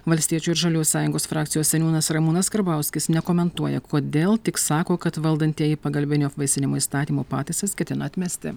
valstiečių ir žaliųjų sąjungos frakcijos seniūnas ramūnas karbauskis nekomentuoja kodėl tik sako kad valdantieji pagalbinio apvaisinimo įstatymo pataisas ketina atmesti